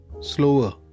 slower